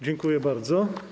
Dziękuję bardzo.